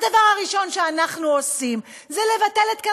הדבר הראשון שאנחנו עושים זה לבטל אותו.